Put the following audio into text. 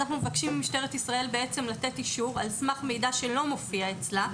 אנחנו מבקשים ממשטרת ישראל לתת אישור על סמך מידע שלא מופיע אצלה.